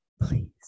please